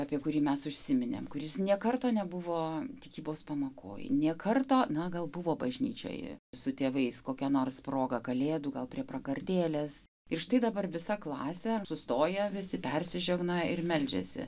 apie kurį mes užsiminėme kuris nė karto nebuvo tikybos pamokoje nė karto na gal buvo bažnyčioje su tėvais kokia nors proga kalėdų gal prie prakartėlės ir štai dabar visa klasė sustoja visi persižegnoja ir meldžiasi